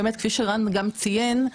כפי שרן גם ציין,